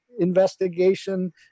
investigation